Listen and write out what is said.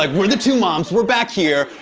like we're the two moms, we're back here,